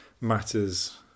matters